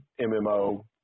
MMO